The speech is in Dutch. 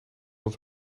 ons